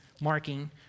marking